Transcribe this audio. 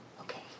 Okay